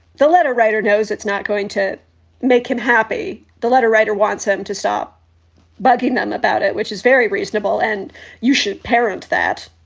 the letter writer knows it's not going to make him happy. the letter writer wants her to stop bugging them about it, which is very reasonable. and you should parent that.